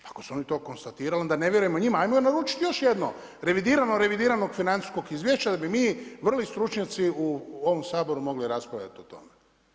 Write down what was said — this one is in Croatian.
Pa ako su oni to konstatirali onda ne vjerujemo njima, ajmo im naručiti još jedno, revidirano, revidiranog financijskog izvješća da bi mi vrli stručnjaci u ovom Saboru mogli raspravljati o tome.